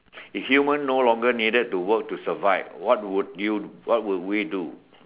if human no longer needed to work to survive what would you what would we do